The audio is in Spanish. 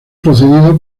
precedida